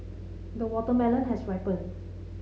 the watermelon has ripened